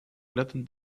latin